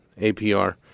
APR